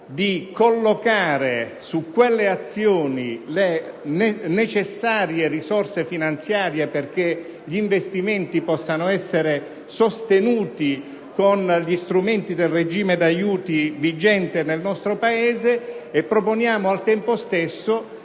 di collocare su quelle azioni le necessarie risorse finanziarie perché gli investimenti possano essere sostenuti con gli strumenti del regime di aiuti vigente nel nostro Paese. Proponiamo, al tempo stesso,